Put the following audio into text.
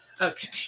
Okay